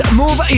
move